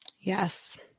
Yes